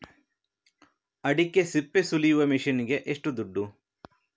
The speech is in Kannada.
ಅಡಿಕೆ ಸಿಪ್ಪೆ ಸುಲಿಯುವ ಮಷೀನ್ ಗೆ ಏಷ್ಟು ದುಡ್ಡು?